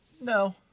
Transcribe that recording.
No